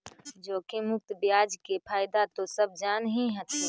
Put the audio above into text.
जोखिम मुक्त ब्याज दर के फयदा तो सब जान हीं हथिन